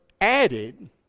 added